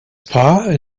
paar